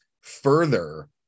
further